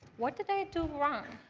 what did i do wrong?